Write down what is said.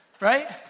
right